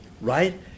right